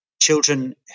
children